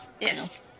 Yes